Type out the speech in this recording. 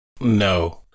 No